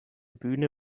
bühne